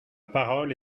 parole